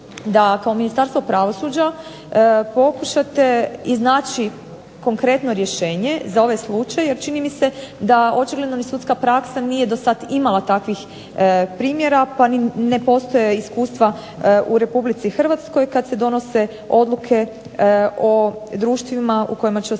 da kao Ministarstvo pravosuđa pokušate iznaći konkretno rješenje za ovaj slučaj, jer čini mi se da očigledno ni sudska praksa nije dosad imala takvih primjera, pa ni ne postoje iskustva u Republici Hrvatskoj kad se donose odluke o društvima u kojima će ostatak